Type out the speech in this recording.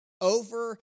over